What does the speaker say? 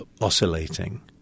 oscillating